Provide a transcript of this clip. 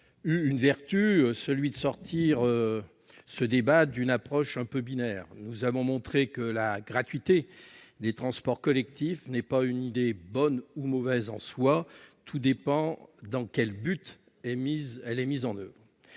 une vertu, celle de sortir ce débat d'une approche un peu binaire. Nous avons montré que la gratuité des transports collectifs n'est pas une idée bonne ou mauvaise en soi : tout dépend dans quel but elle est mise en oeuvre.